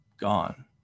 gone